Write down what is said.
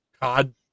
cod